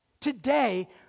today